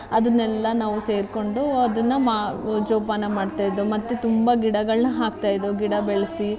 ಅದನ್ನೆಲ್ಲಾ ನಾವು ಸೇರಿಕೊಂಡು ಅದನ್ನ ಮಾ ಜೋಪಾನ ಮಾಡ್ತಾ ಇದ್ವು ಮತ್ತು ತುಂಬ ಗಿಡಗಳನ್ನು ಹಾಕ್ತಾ ಇದ್ವು ಗಿಡ ಬೆಳೆಸಿ